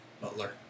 Butler